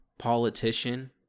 politician